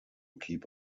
keep